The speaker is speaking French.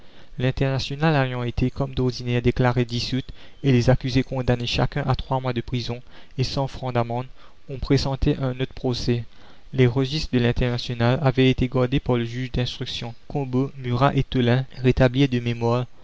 l'internationale ayant été comme d'ordinaire déclarée dissoute et les accusés condamnés chacun à trois mois de prison et cent francs d'amende on pressentait un autre procès les registres de l'internationale avaient été gardés par le juge d'instruction combaut murat et tolain rétablirent de mémoire